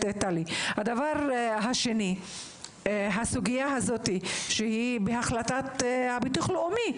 שנית, הסוגיה הזו היא בהחלטת הביטוח הלאומי.